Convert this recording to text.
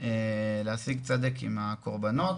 עם הקורבנות,